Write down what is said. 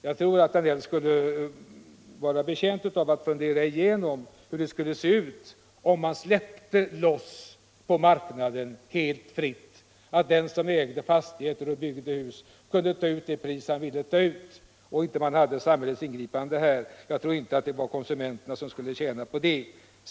Jag tror att herr Danell skulle vara betjänt av att fundera igenom hur det skulle se ut om man på marknaden släppte loss det privatfinansierade byggandet så att den som ägde fastigheter och byggde hus kunde ta ut de priser han ville ta ut. Det blev säkerligen inte konsumenterna som tjänade på det.